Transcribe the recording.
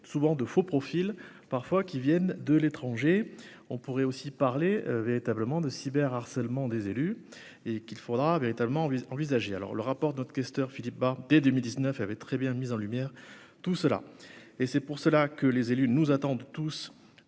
souvent de faux profils parfois, qui viennent de l'étranger, on pourrait aussi parler véritablement de cyber harcèlement des élus et qu'il faudra véritablement envisagé alors le rapport d'autres questeurs, Philippe Bas, dès 2019 avait très bien mis en lumière tout cela et c'est pour cela que les élus nous attendent tous